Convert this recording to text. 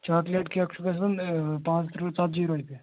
chocolate cake چھُ گژھان پانٛژھ تٕرٛہ ژَتجی رۄپیہِ